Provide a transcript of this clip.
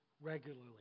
regularly